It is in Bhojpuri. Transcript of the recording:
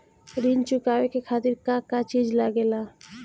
ऋण चुकावे के खातिर का का चिज लागेला?